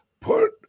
put